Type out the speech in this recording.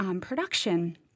production